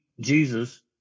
Jesus